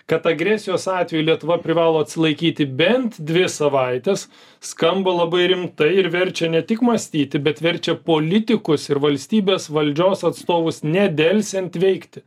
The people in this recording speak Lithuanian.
kad agresijos atveju lietuva privalo atsilaikyti bent dvi savaites skamba labai rimtai ir verčia ne tik mąstyti bet verčia politikus ir valstybės valdžios atstovus nedelsiant veikti